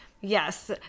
yes